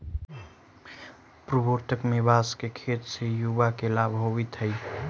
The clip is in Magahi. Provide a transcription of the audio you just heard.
पूर्वोत्तर में बाँस के खेत से युवा के लाभ होवित हइ